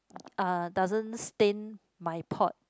uh doesn't stain my pot